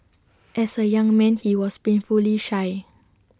as A young man he was painfully shy